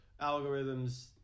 algorithms